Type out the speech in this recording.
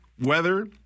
Weather